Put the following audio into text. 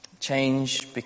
Change